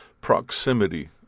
proximity